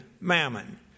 mammon